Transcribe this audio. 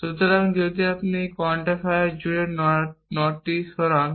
সুতরাং যদি আপনি একটি কোয়ান্টিফায়ার জুড়ে নটটি সরান